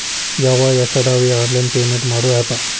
ಯವ್ವಾ ಎಷ್ಟಾದವೇ online payment ಮಾಡೋ ಆಪ್